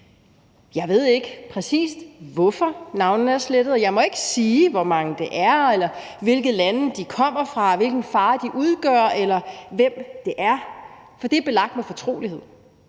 Jeg ved ikke præcis, hvorfor navnene er slettet. Jeg må ikke sige, hvor mange det er, eller hvilke lande de kommer fra, og hvilken fare de udgør, eller hvem det er, for det er belagt med fortrolighed.